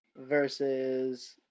versus